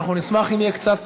אנחנו נשמח אם יהיה קצת